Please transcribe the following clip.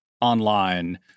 online